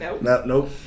Nope